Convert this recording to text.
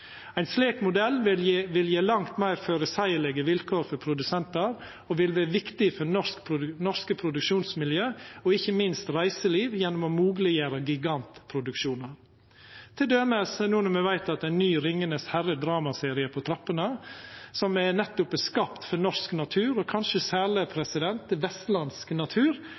Ein slik modell vil gje langt meir føreseielege vilkår for produsentar og vera viktig for norske produksjonsmiljø og ikkje minst reiseliv gjennom å mogleggjera gigantproduksjonar. Til dømes veit me no at ein ny Ringenes herre-dramaserie er på trappene, som nettopp er skapt for norsk natur og kanskje særleg vestlandsk natur